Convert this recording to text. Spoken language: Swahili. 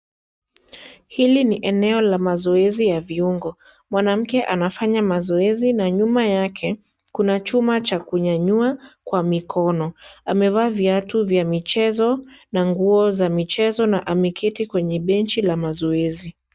Hili ni eneo la mazoezi ya viungo, mwanamke anafanya mazoezi na nyuma yake kuna chuma cha kunyanyua kwa mikono amevaa viatu vya michezo na nguo za michezo na ameketi kwenye benchi la mazoezi.